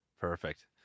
perfect